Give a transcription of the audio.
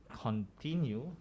continue